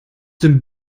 dem